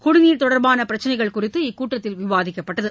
குடிநீர் தொடர்பான பிரச்சினைகள் குறித்து இக்கூட்டத்தில் விவாதிக்கப்பட்டது